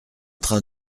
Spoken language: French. train